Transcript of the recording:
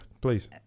please